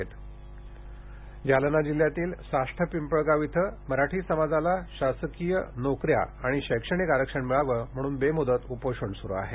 आरक्षण उपोषण जालना जिल्ह्यातील साष्ठ पिंपळगाव इथं मराठी समाजाला शासकीय नोकऱ्या आणि शैक्षणिक आरक्षण मिळावे म्हणून बेम्दत उपोषण सूरू आहे